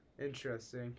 Interesting